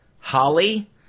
holly